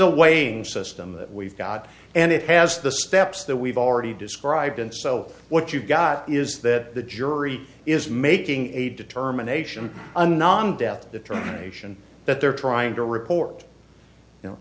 wayne system that we've got and it has the steps that we've already described and so what you've got is that the jury is making a determination a non death determination that they're trying to report you know